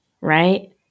Right